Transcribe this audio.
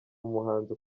umuhanzi